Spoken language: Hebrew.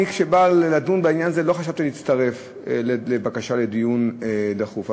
כשאני בא לדון בעניין הזה לא חשבתי להצטרף לבקשה לדיון דחוף,